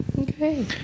okay